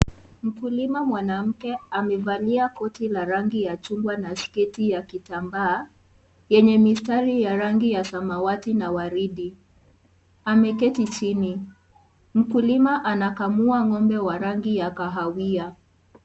Mkulima mwanamke amevalia koti la rangi ya chungwa na sketi ya kitambaa yenye mistari ya rangi ya samawati na waridi ameketi chini. Mkulima anakamua ng'ombe wa rangi ya kahawia.